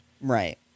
Right